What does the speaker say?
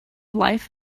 life